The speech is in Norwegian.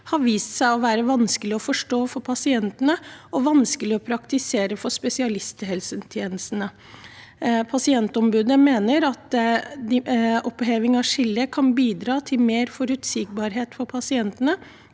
har vist seg å være vanskelig å forstå for pasientene og vanskelig å praktisere for spesialisthelsetjenesten. De mener at oppheving av skillet kan bidra til mer forutsigbarhet for pasientene,